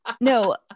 no